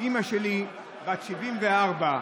אימא שלי בת 74,